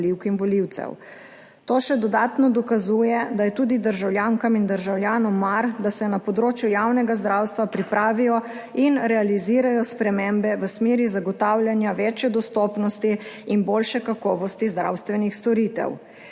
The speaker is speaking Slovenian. To še dodatno dokazuje, da je tudi državljankam in državljanom mar, da se na področju javnega zdravstva pripravijo in realizirajo spremembe v smeri zagotavljanja večje dostopnosti in boljše kakovosti zdravstvenih storitev